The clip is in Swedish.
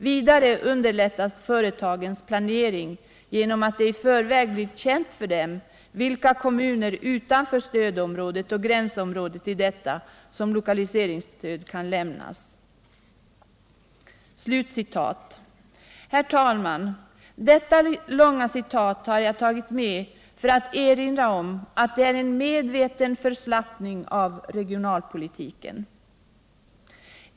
Vidare underlättas företagens planering genom att det i förväg blir känt i vilka kommuner utanför stödområdet och gränsområdet till detta som lokaliseringsstöd kan lämnas.” Herr talman! Detta långa citat har jag anfört för att erinra om att det är en medveten förslappning av regionalpolitiken.